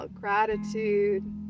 gratitude